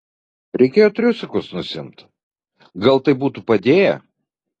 reikėjo triusikus nusiimt gal tai būtų padėję